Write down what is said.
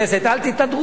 אל תתהדרו בזה,